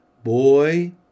Boy